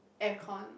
air con